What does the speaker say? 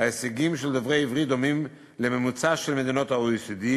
ההישגים של דוברי עברית דומים לממוצע של מדינות ה-OECD,